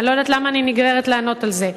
אני לא יודעת למה אני נגררת לענות על זה.